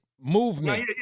movement